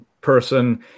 person